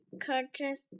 curtains